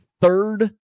third